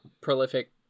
prolific